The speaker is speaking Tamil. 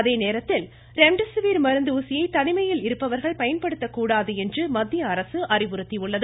அதேநேரத்தில் ரெம்டெசிவிர் மருந்து ஊசியை தனிமையில் இருப்பவர்கள் பயன்படுத்தக்கூடாது என்று மத்திய அரசு தெரிவித்துள்ளது